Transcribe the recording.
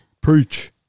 Preach